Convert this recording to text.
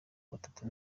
batatu